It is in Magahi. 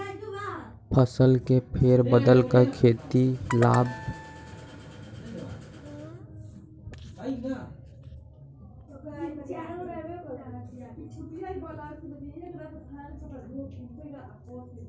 फसल के फेर बदल कर खेती के लाभ है का?